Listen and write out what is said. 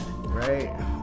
right